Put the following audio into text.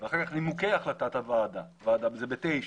אחר כך נימוקי החלטת הוועדה, זה ב-(9).